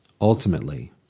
ultimately